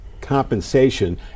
compensation